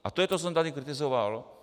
A to je to, co jsem tady kritizoval.